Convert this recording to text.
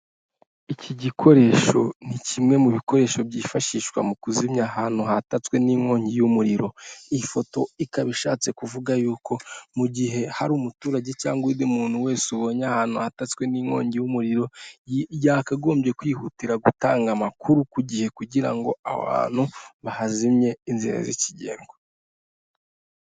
Iki gikoresho ni kimwe mu bikoresho byifashishwa mu kuzimya ahantu hatatswe n'inkongi y'umuriro. Iyi foto ikaba ishatse kuvuga yuko, mu gihe hari umuturage cyangwa uwundi muntu wese ubonye ahantu hatatswe n'inkongi y'umuriro, yakagombye kwihutira gutanga amakuru ku gihe kugira ngo aho hantu bahazimye inzira zikigendwa.